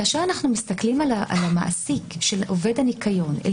כאשר אנחנו מסתכלים על המעסיק של עובד הניקיון אל